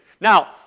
Now